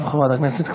חבר הכנסת עמר בר-לב,